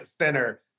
center